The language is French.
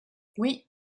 oui